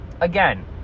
Again